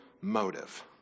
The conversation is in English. motive